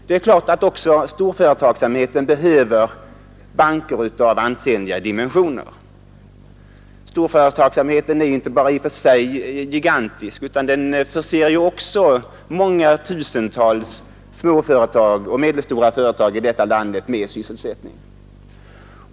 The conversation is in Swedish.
Det är klart att storföretagsamheten också behöver banker av ansenliga dimensioner. Storföretagsamheten är inte bara i och för sig gigantisk utan den förser också många tusental små och medelstora företag i vårt land med sysselsättning.